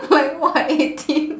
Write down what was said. like what eighteen